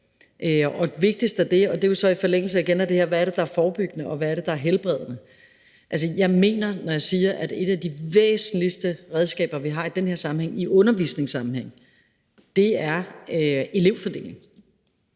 Det vigtigste af det ligger så igen i forlængelse af det her med, hvad det er, der er forebyggende, og hvad det er, der er helbredende. Jeg mener det, når jeg siger, at et af de væsentligste redskaber, vi har i den her sammenhæng i undervisningssammenhænge, er elevfordeling.